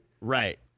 Right